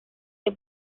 que